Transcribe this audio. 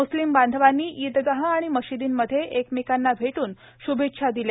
म्स्लीम बांधवांनी इद्गाह आणि मशिदीमध्ये एकमेकांना भेटून श्भेच्छा दिल्या